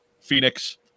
Phoenix